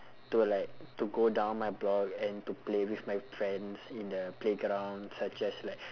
to like to go down my block and to play with my friends in the playground such as like